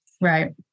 Right